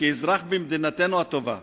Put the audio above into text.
וכאזרח במדינתנו הטובה,